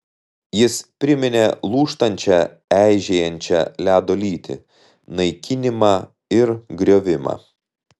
jis priminė lūžtančią eižėjančią ledo lytį naikinimą ir griovimą